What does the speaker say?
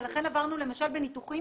ולכן עברנו למשל בניתוחים